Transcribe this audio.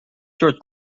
george